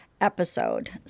episode